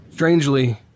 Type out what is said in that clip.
Strangely